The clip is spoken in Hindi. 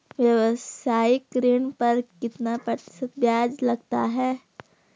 व्यावसायिक ऋण पर कितना प्रतिशत ब्याज लगता है?